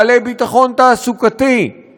בעלי ביטחון תעסוקתי,